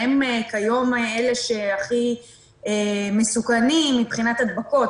והם כיום אלה שהכי מסוכנים מבחינת הדבקות?